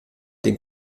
den